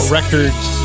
Records